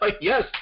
Yes